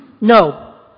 no